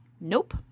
Nope